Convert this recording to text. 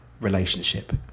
relationship